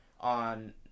on